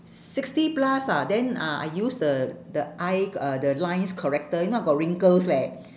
sixty plus ah then ah I use the the eye got uh the lines correcter you know I got wrinkles leh